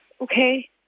okay